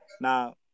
now